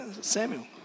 Samuel